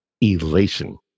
elation